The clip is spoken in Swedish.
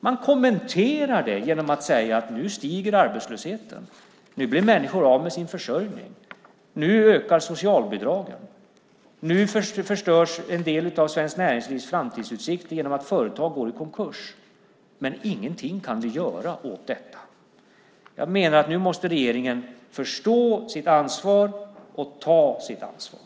Man kommenterar det genom att säga att nu stiger arbetslösheten, nu blir människor av med sin försörjning, nu ökar socialbidragen och nu förstörs en del av svenskt näringslivs framtidsutsikter genom att företag går i konkurs, men vi kan inte göra någonting åt detta. Jag menar att regeringen måste förstå sitt ansvar och ta sitt ansvar.